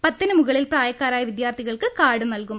പത്തിന് മുകളിൽ പ്രായക്കാരായ വിദ്യാർഥികൾക്ക് കാർഡ് നൽകും